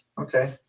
okay